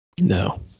no